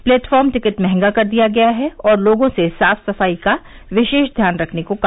platform ticket महंगा कर दिया है और लोगों से साफ सफाई का विशेष ध्यान रखने को कहा जा रहा है